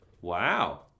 Wow